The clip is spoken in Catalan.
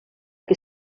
que